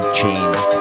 changed